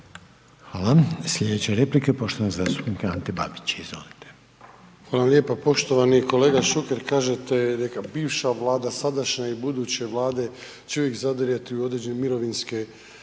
Hvala. Sljedeća replika je poštovanog zastupnika Ante Babića, izvolite. **Babić, Ante (HDZ)** Hvala lijepo poštovani kolega Šuker. Kažete, neka bivša vlada, sadašnja i buduće vlade će uvijek zadirati u određene mirovinske